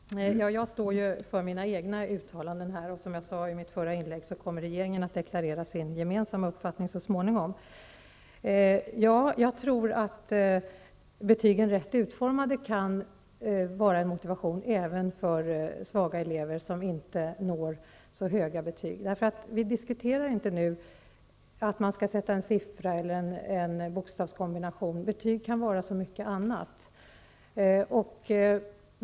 Herr talman! Jag står för mina egna uttalanden. Som jag sade i mitt förra inlägg kommer regeringen att deklarera sin uppfattning så småningom. Jag tror att betygen rätt utformade kan vara en motivation även för svaga elever som inte når så höga betyg. Vi talar inte om en siffra eller en bokstavskombination. Betyg kan vara så mycket annat.